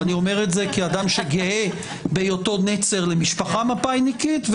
ואני אומר את זה כאדם שגאה בהיותו נצר למשפחה מפא"יניקית,